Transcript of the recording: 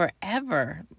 forever